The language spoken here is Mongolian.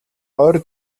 ойр